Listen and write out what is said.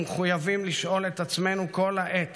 ומחויבים לשאול את עצמנו כל העת